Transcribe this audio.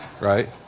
Right